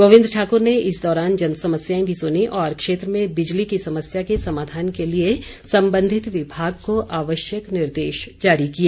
गोविंद ठाकुर ने इस दौरान जनसमस्याएं भी सुनीं और क्षेत्र में बिजली की समस्या के समाधान के लिए संबंधित विभाग को आवश्यक निर्देश जारी किए